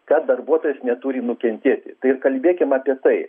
kad darbuotojas neturi nukentėti tai ir kalbėkim apie tai